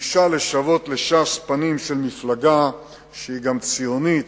היתה לשוות לש"ס פנים של מפלגה שהיא גם ציונית,